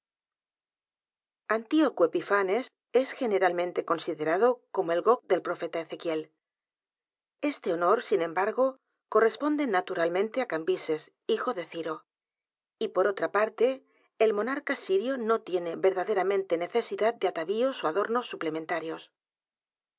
antioco epifanes es generalmente considerado como el gog del profeta ezequiel este honor sin embargo corresponde naturalmente á cambises hijo de ciro y por otra parte el monarca sirio no tiene verdaderamente necesidad de atavíos ó adornos suplementarios